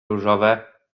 różowe